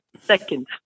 second